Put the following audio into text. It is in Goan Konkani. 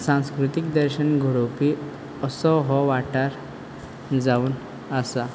सांस्कृतीक दर्शन घडोवपी असो हो वाटार जावन आसा